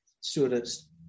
students